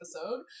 episode